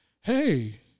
Hey